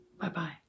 Bye-bye